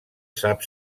sap